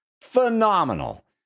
Phenomenal